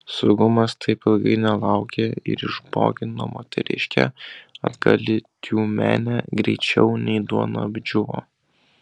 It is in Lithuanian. saugumas taip ilgai nelaukė ir išbogino moteriškę atgal į tiumenę greičiau nei duona apdžiūvo